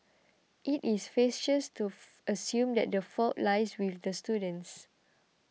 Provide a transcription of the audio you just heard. it is facetious to assume that the fault lies with the students